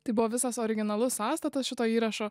tai buvo visas originalus sąstatas šito įrašo